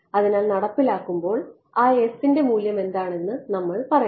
അതിനാൽ നടപ്പിലാക്കുമ്പോൾ ആ ന്റെ മൂല്യം എന്താണെന്ന് നമ്മൾ പറയണം